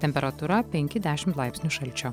temperatūra penki dešimt laipsnių šalčio